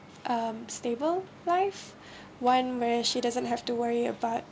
um stable live one where she doesn't have to worry about